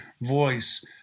voice